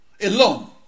alone